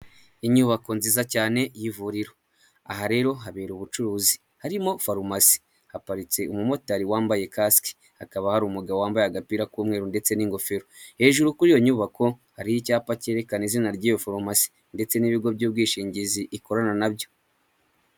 Inyubako nziza cyane y'ivuriro, aha rero habera ubucuruzi, harimo farumasi, haparitse umu motari wambaye kasike, hakaba hari umugabo wambaye agapira k'umweru ndetse n'ingofero, hejuru kuri iyo nyubako hariho icyapa cyerekana izina ry'iyo farumasi ndetse n'ibigo by'ubwishingizi ikorana na byo.